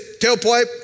tailpipe